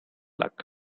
luck